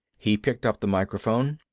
he picked up the microphone.